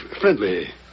friendly